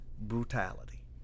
brutality